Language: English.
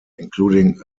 including